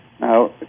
Now